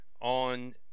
on